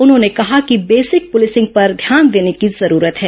उन्होंने कहा कि बेसिक पुलिसिंग पर ध्यान देने की जरूरत है